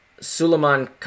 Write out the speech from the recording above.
Suleiman